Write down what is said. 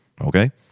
Okay